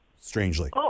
Strangely